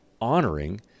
honoring